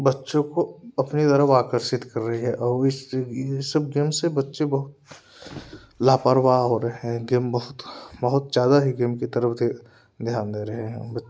बच्चों को अपनी तरफ आकर्षित कर रही है और जिस ये सब गेम से बच्चे बहुत लापरवाह हो रहे हैं गेम बहुत बहुत ज्यादा ही गेम के तरफ दे ध्यान दे रहे हैं वो बच्चे